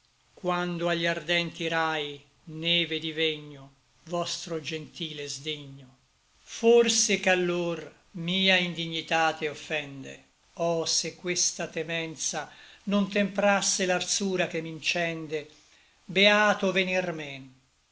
quando agli ardenti rai neve divegno vostro gentile sdegno forse ch'allor mia indignitate offende oh se questa temenza non temprasse l'arsura che m'incende beato venir men